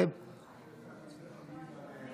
בסיוון התשפ"ב (1 ביוני 2022)